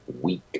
week